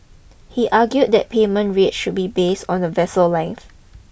he argue that payment rate should be based on the vessel length